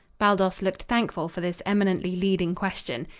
baldos looked thankful for this eminently leading question.